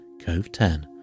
cove10